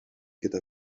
gyda